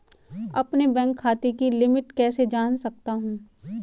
अपने बैंक खाते की लिमिट कैसे जान सकता हूं?